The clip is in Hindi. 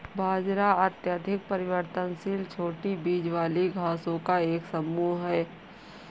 बाजरा अत्यधिक परिवर्तनशील छोटी बीज वाली घासों का एक समूह है